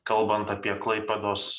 kalbant apie klaipėdos